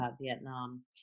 Vietnam